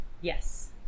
Yes